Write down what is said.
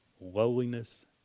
lowliness